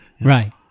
Right